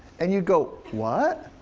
and you go, what?